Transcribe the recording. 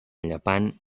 llepant